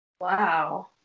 Wow